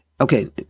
Okay